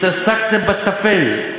התעסקתם בטפל.